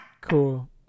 Cool